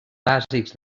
bàsics